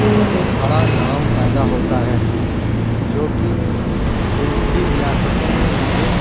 اِس سے بڑا نام پیدا ہوتا ہے جو کہ دوسری ریاستوں میں مجھے